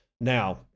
Now